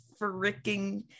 freaking